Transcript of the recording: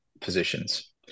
positions